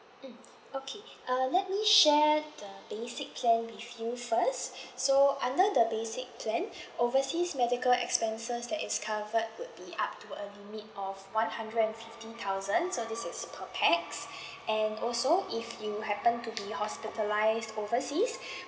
mm okay uh let me share the basic plan with you first so under the basic plan overseas medical expenses that is cover would be up to a limit of one hundred and fifty thousands so this is per pax and also if you happen to be hospitalised overseas